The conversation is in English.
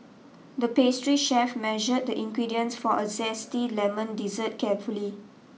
the pastry chef measured the ingredients for a zesty lemon dessert carefully